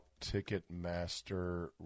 Ticketmaster